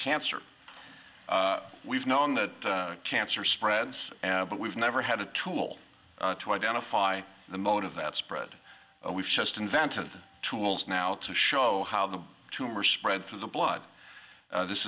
cancer we've known that cancer spreads but we've never had a tool to identify the motive that spread we've just invented tools now to show how the tumor spread through the blood this